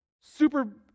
super